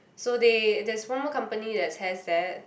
so they there's one more company that's has that